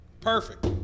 Perfect